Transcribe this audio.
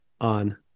on